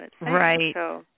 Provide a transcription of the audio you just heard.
Right